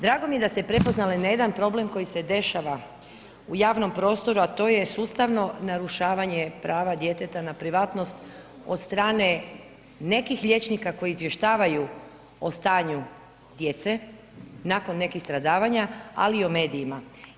Drago mi je da ste prepoznale na jedan problem koji se dešava u javnom prostoru a to je sustavno narušavanje prava djeteta na privatnost od strane nekih liječnika koji izvještavaju o stanju djece nakon nekih stradavanja ali i o medijima.